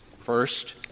First